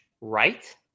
right